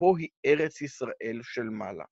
פה היא ארץ ישראל של מעלה.